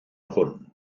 hwn